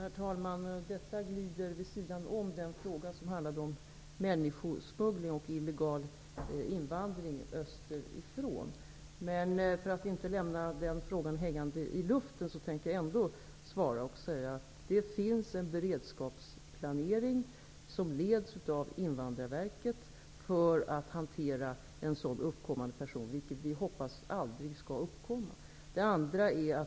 Herr talman! Detta glider vid sidan av den fråga som handlade om människosmuggling och illegal invandring österifrån. Men för att inte lämna den frågan hängande i luften tänker jag ändå svara. Det finns en beredskapsplanering för att hantera en sådan situation, vilken vi hoppas aldrig skall uppkomma. Den leds av Invandrarverket.